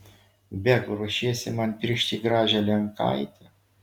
beg ruošiesi man piršti gražią lenkaitę